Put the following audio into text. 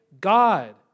God